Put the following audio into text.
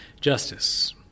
Justice